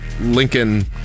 lincoln